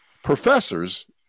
Professors